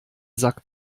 sack